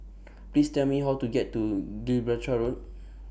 Please Tell Me How to get to Gibraltar Road